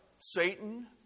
Satan